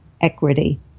equity